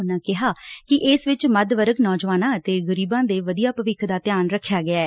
ਉਨੂਾਂ ਕਿਹਾ ਕਿ ਇਸ ਵਿਚ ਮੱਧ ਵਰਗ ਨੌਜਵਾਨਾਂ ਅਤੇ ਗਰੀਬਾਂ ਦੇ ਵਧੀਆ ਭਵਿੱਖ ਦਾ ਧਿਆਨ ਰੱਖਿਆ ਗਿਐ